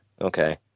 Okay